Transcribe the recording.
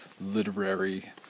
literary